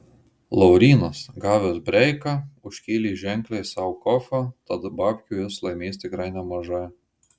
laurynas gavęs breiką užkėlė ženkliai sau kofą tad babkių jis laimės tikrai nemažai